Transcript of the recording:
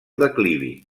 declivi